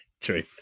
true